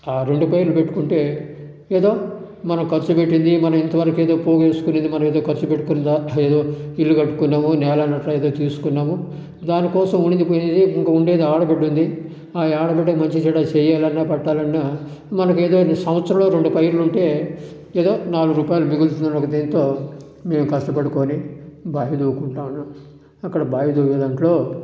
ఆ రెండు పైరులు పెట్టుకుంటే ఏదో మనం ఖర్చుపెట్టింది మనం ఇంతవరకు ఏదో పోగు చేసుకున్నది మనం ఏదో ఖర్చు పెట్టుకున్నది అది ఏదో ఇల్లు కట్టుకుందాము నేల అన్నట్టు తీసుకున్నాము దానికోసం ఉండేది పోయింది ఇంక ఉండేది ఆడబిడ్డ ఉంది ఆ ఆడబిడ్డకి మంచి చెడ్డ చేయాలన్నా పెట్టాలన్న మనకు ఏదో సంవత్సరంలో రెండు పైరులు ఉంటే ఏదో నాలుగు రూపాయలు మిగులుతుందని ఉద్దేశంతో మేము కష్టపడుకొని బావులు తోలుకుంటున్నాము అక్కడ బావి తోవే దాంట్లో